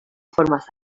formas